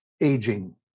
aging